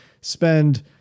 spend